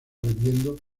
vendiendo